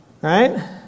Right